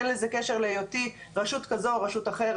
אין לזה קשר להיותי רשות כזו או רשות אחרת,